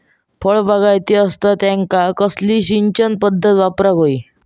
फळबागायती असता त्यांका कसली सिंचन पदधत वापराक होई?